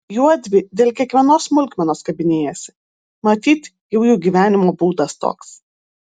juodvi dėl kiekvienos smulkmenos kabinėjasi matyt jau jų gyvenimo būdas toks